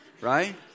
right